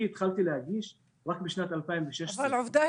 אני התחלתי להגיש רק בשנת 2016. עובדה,